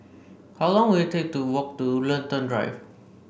how long will it take to walk to Woollerton Drive